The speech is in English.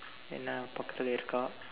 என்ன பக்கத்துலே இருக்கா:enna pakkaththulee irukkaa